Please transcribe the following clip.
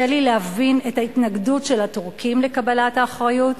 לי להבין את ההתנגדות של הטורקים לקבלת האחריות.